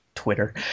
twitter